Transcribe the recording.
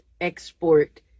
export